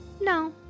No